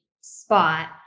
spot